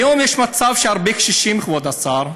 היום יש הרבה קשישים, כבוד השר,